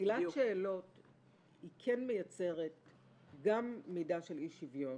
פסילת שאלות כן מייצרת גם מידה של אי-שוויון